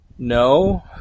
No